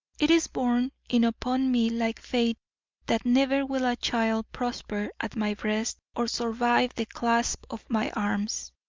it is borne in upon me like fate that never will a child prosper at my breast or survive the clasp of my arms.